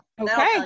okay